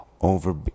Over